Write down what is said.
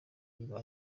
iba